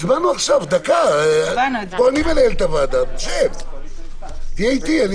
תיקון